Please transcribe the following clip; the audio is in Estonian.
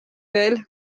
veel